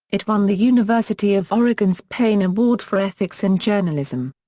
it won the university of oregon's payne award for ethics in journalism.